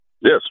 Yes